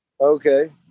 Okay